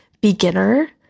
beginner